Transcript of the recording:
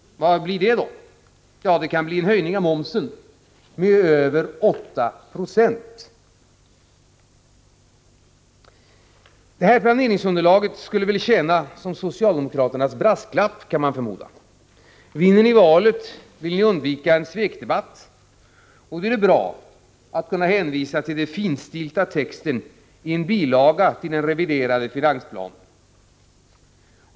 Vad innebär det? Ja, det kan bli fråga om en höjning av momsen med över 8 96. Det här planeringsunderlaget skulle, kan man förmoda, tjäna som socialdemokraternas brasklapp. Om ni vinner valet, vill ni undvika en svekdebatt. Då är det bra att kunna hänvisa till den finstilta texten i en bilaga till den reviderade finansplanen.